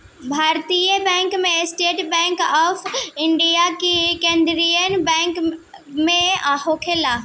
भारतीय बैंकों में सेंट्रल बैंक ऑफ इंडिया भी केन्द्रीकरण बैंक में आवेला